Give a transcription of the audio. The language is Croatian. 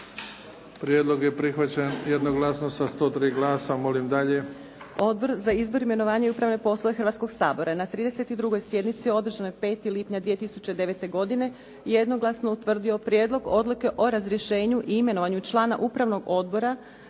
Prijedlog je prihvaćen jednoglasno sa 103 glasa. Molim dalje.